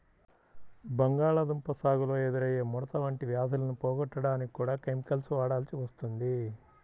బంగాళాదుంప సాగులో ఎదురయ్యే ముడత వంటి వ్యాధులను పోగొట్టడానికి కూడా కెమికల్స్ వాడాల్సి వస్తుంది